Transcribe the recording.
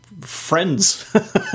friends